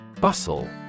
Bustle